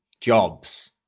jobs